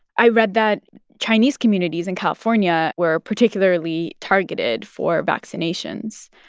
i read that chinese communities in california were particularly targeted for vaccinations.